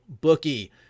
bookie